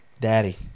daddy